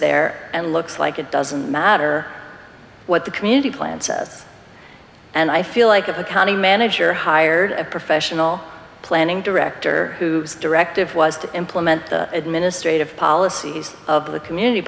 there and looks like it doesn't matter what the community plan says and i feel like a county manager hired a professional planning director who directive was to implement the administrative policies of the community